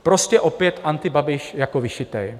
Prostě opět antiBabiš jako vyšitý.